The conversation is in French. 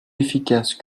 efficace